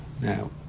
Now